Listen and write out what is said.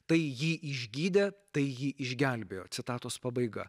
tai jį išgydė tai jį išgelbėjo citatos pabaiga